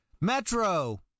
Metro